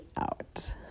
out